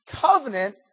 covenant